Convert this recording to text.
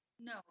no